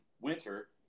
winter